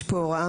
יש כאן הוראה,